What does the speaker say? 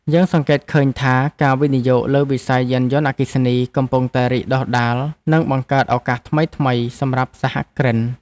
យើងសង្កេតឃើញថាការវិនិយោគលើវិស័យយានយន្តអគ្គិសនីកំពុងតែរីកដុះដាលនិងបង្កើតឱកាសថ្មីៗសម្រាប់សហគ្រិន។